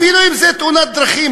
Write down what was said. אפילו אם זה תאונת דרכים.